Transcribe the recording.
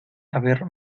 haber